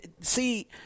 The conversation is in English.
See